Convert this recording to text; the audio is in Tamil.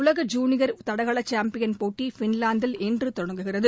உலக ஜூனியர் தடகள சாம்பியன் போட்டி பின்லாந்தில் இன்று தொடங்குகிறது